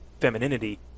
femininity